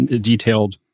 detailed